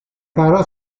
cara